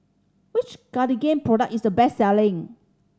which Cartigain product is the best selling